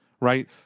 right